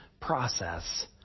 process